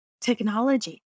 technology